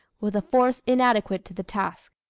with a force inadequate to the task.